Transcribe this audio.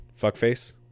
fuckface